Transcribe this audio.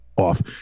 off